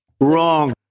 Wrong